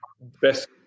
best